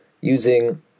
using